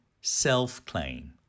self-claim